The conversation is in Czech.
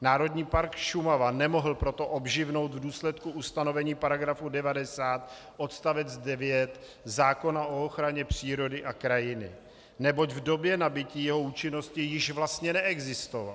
Národní park Šumava nemohl proto obživnout v důsledku ustanovení § 90 odstavec 9 zákona o ochraně přírody a krajiny, neboť v době nabytí jeho účinnosti již vlastně neexistoval.